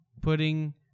putting